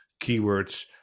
keywords